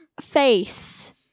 face